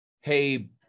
Hey